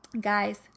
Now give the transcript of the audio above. Guys